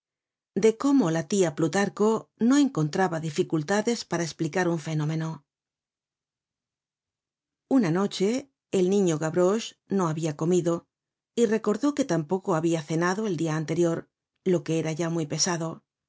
de cómo la tia plutarco no encontraba dificultades para esplicar un fenómeno una noche el niño gavroche no habia comido y recordó que tampoco habia cenado el dia anterior lo que era ya muy pesado